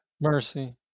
Mercy